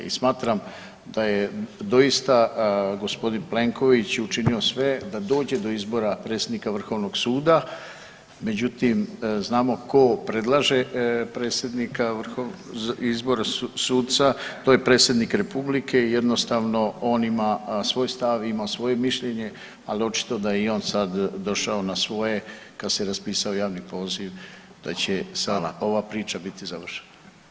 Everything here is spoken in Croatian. I smatram da je doista g. Plenković učinio sve da dođe do izbora predsjednika Vrhovnog suda, međutim znamo tko predlaže predsjednika, izbora suca, to je predsjednik Republike i jednostavno on ima svoj stav, ima svoje mišljenje, ali očito da je i on sad došao na svoje kada se raspisao javni poziv da će sad ova priča bit završena.